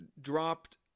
dropped